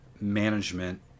management